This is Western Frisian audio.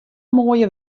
moaie